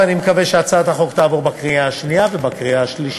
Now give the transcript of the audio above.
אני מקווה שהצעת החוק תעבור בקריאה שנייה ובקריאה שלישית.